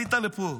עלית לפה.